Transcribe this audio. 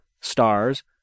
stars